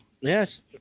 Yes